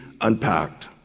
unpacked